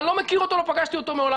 לו לא מכיר אותו ולא פגשתי אותו מעולם,